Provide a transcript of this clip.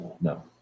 No